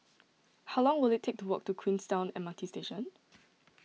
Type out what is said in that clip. how long will it take to walk to Queenstown M R T Station